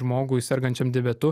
žmogui sergančiam diabetu